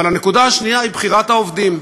אבל הנקודה השנייה היא בחירת העובדים.